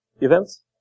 events